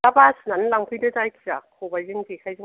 दा बासिनानै लांफैदो जायखिजाया खबाइजों जेखाइजों